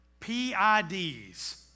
PIDs